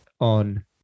on